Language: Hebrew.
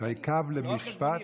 לא על חשבוני,